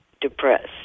depressed